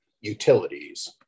utilities